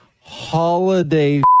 Holiday